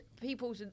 people